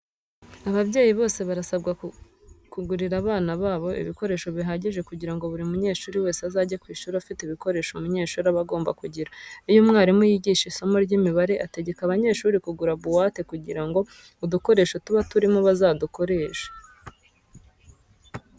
Ababyeyi bose barasabwa kugirira abana babo ibikoresho bihagije kugira ngo buri munyeshuri wese azajye ku ishuri afite ibikoresho umunyeshuri aba agomba kugira. Iyo umwarimu yigisha isomo ry'imibare ategeka abanyeshuri kugura buwate kugira ngo udukoresho tuba turimo bazadukoreshe.